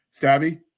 stabby